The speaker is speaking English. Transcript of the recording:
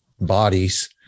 bodies